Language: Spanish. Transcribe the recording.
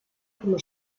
como